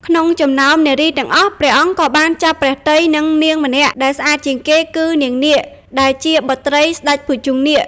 ក្នុងចំណោមនារីទាំងអស់ ព្រះអង្គក៏បានចាប់ព្រះទ័យនឹងនាងម្នាក់ដែលស្អាតជាងគេ គឺ នាងនាគ ដែលជាបុត្រីស្ដេចភុជង្គនាគ។